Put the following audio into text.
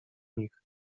nich